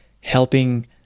helping